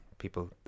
people